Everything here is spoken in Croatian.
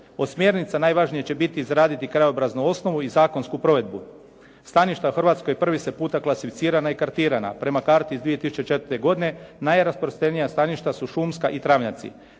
smjernica najvažnije će biti izraditi krajobraznu osnovu i zakonsku provedbu. Staništa u Hrvatskoj prvi su puta klasificirana i kartirana. Prema karti iz 2004. godine najrasprostrenija staništa su šumska i travnjaci.